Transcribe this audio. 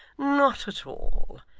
not at all.